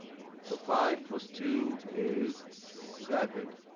so five plus two is seven.